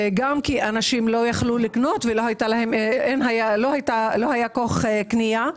גם כי אנשים לא יכלו לקנות, ולא היה כוח קנייה,